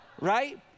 right